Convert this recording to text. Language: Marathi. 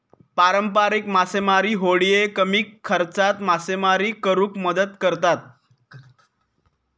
पारंपारिक मासेमारी होडिये कमी खर्चात मासेमारी करुक मदत करतत